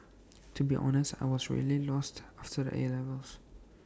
to be honest I was really lost after the 'A' levels